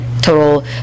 total